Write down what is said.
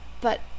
But